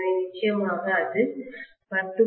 எனவே நிச்சயமாக அது 10